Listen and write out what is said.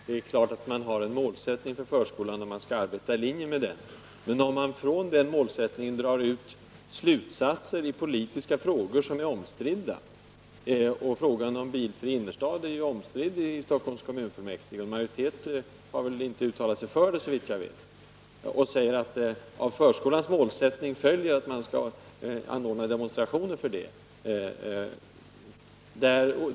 Herr talman! Det är klart att vi har en målsättning för förskolan och att man skall arbeta i linje med den. Men det är fel att utifrån den målsättningen dra slutsatser i politiskt omstridda frågor och säga att det av förskolans målsättning följer att man skall anordna demonstrationer i dessa frågor. Frågan om en bilfri innerstad är ju omstridd i Stockholms kommunfullmäktige och någon majoritet har såvitt jag vet inte uttalat sig för en sådan.